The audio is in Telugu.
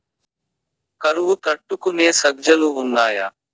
కరువు తట్టుకునే సజ్జలు ఉన్నాయా